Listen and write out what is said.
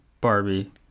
Barbie